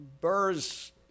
Burr's